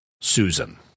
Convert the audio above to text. Susan